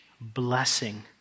blessing